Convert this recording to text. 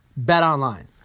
BetOnline